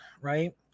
right